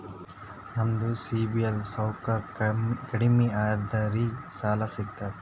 ನಮ್ದು ಸಿಬಿಲ್ ಸ್ಕೋರ್ ಕಡಿಮಿ ಅದರಿ ಸಾಲಾ ಸಿಗ್ತದ?